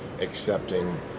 accepting